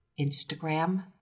Instagram